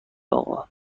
آقا